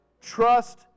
Trust